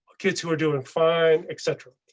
kids who are doing fine, etc.